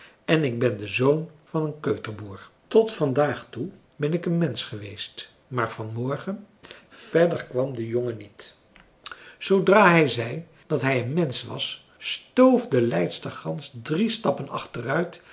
en ben de zoon van een keuterboer tot vandaag toe ben ik een mensch geweest maar vanmorgen verder kwam de jongen niet zoodra hij zei dat hij een mensch was stoof de leidster gans drie stappen achteruit